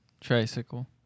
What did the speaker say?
tricycle